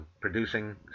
producing